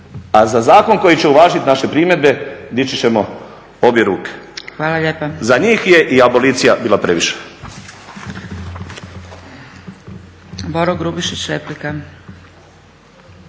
a za zakon koji će uvažiti naše primjedbe dići ćemo obje ruke. Za njih je i abolicija bila previše.